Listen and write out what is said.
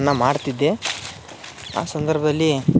ಅನ್ನ ಮಾಡ್ತಿದ್ದೆ ಆ ಸಂದರ್ಭ್ದಲ್ಲಿ